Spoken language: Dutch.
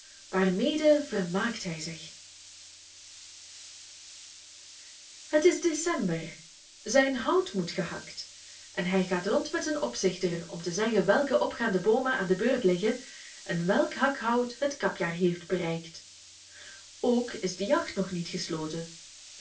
waarmede vermaakt hij zich het is december zijn hout moet gehakt en hij gaat rond met zijn opzichter om te zeggen welke opgaande boomen aan de beurt liggen en welk hakhout het kapjaar heeft bereikt ook is de jacht nog niet gesloten